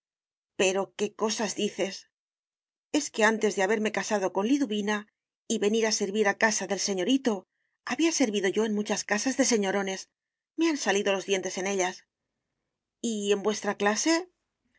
pero qué cosas dices es que antes de haberme casado con liduvina y venir a servir a casa del señorito había servido yo en muchas casas de señorones me han salido los dientes en ellas y en vuestra clase